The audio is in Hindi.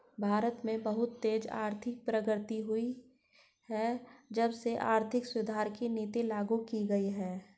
भारत में बहुत तेज आर्थिक प्रगति हुई है जब से आर्थिक सुधार की नीति लागू की गयी है